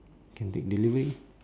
can take delivery